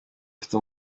afite